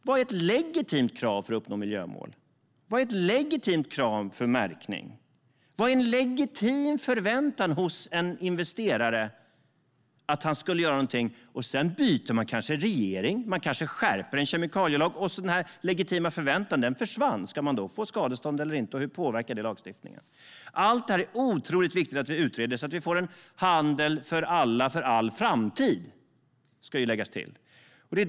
Vad är ett legitimt krav för att uppnå miljömål? Vad är ett legitimt krav för märkning? Vad är en legitim förväntan hos en investerare att man ska göra något? Man kanske byter regering och skärper en kemikalielag, och då försvinner den legitima förväntan. Ska man då få skadestånd eller inte? Hur påverkar det lagstiftningen? Allt detta är otroligt viktigt att vi utreder så att vi får en handel för alla för all framtid.